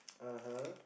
(uh huh)